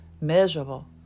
miserable